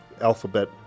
alphabet